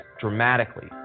dramatically